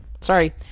Sorry